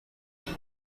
bibi